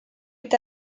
est